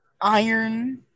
iron